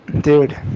Dude